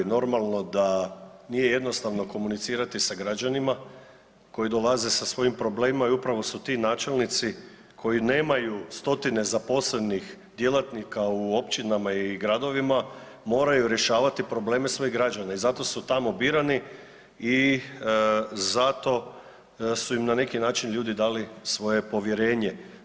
Normalno da nije jednostavno komunicirati sa građanima koji dolaze sa svojim problemima i upravo su ti načelnici koji nemaju stotine zaposlenih djelatnika u općinama i gradovima moraju rješavati probleme svojih građana i zato su tamo birani i zato su im na neki način ljudi dali svoje povjerenje.